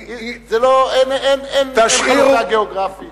אין חלוקה גיאוגרפית.